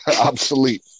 obsolete